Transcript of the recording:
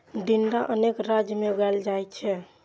टिंडा अनेक राज्य मे उगाएल जाइ छै